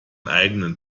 eigenen